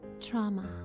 trauma